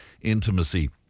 intimacy